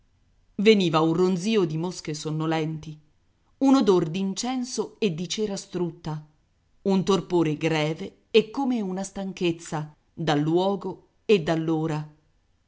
veniva un ronzìo di mosche sonnolenti un odor d'incenso e di cera strutta un torpore greve e come una stanchezza dal luogo e